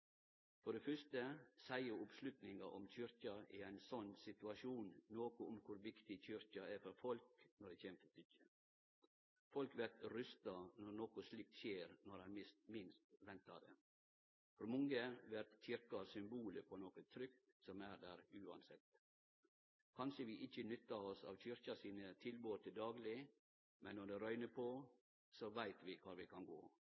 For det første seier oppslutninga om Kyrkja i ein slik situasjon noko om kor viktig Kyrkja er for folk når det kjem til stykket. Folk vert forferda når noko slikt skjer når ein minst ventar det. For mange vert Kyrkja symbolet på noko trygt som er der uansett. Kanskje vi ikkje nyttar oss av kyrkja sine tilbod til dagleg, men når det røyner på, veit vi kvar vi kan gå.